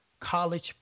College